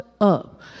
up